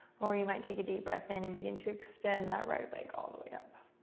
or you might take a deep breath in and begin to extend that right leg all the way up.